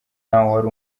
wari